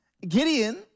Gideon